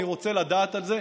אני רוצה לדעת על זה,